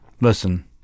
listen